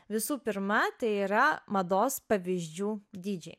visų pirma tai yra mados pavyzdžių dydžiai